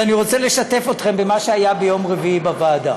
אני רוצה לשתף אתכם במה שהיה ביום רביעי בוועדה.